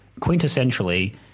quintessentially –